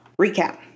recap